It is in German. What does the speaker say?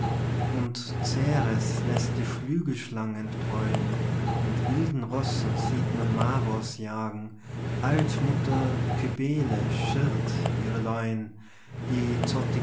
und ceres läßt die flügelschlangen dräuen mit wilden rossen sieht man mavors jagen altmutter cybele schirrt ihre leuen die